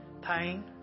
pain